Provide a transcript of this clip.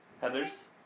Heather's